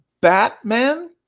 Batman